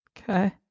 Okay